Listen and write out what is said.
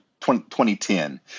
2010